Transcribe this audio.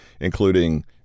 including